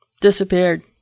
Disappeared